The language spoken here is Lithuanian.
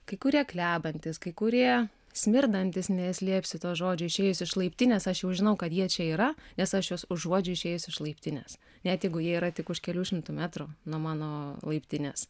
kai kurie klebantys kai kurie smirdantys neslėpsiu to žodžio išėjus iš laiptinės aš jau žinau kad jie čia yra nes aš juos užuodžiu išėjus iš laiptinės net jeigu jie yra tik už kelių šimtų metrų nuo mano laiptinės